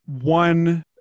one